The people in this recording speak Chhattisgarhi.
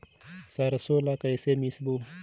सरसो ला कइसे मिसबो?